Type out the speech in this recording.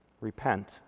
repent